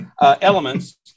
elements